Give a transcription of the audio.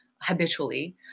habitually